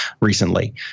recently